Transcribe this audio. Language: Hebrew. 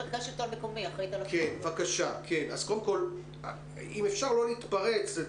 אם אפשר לא להתפרץ.